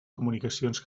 comunicacions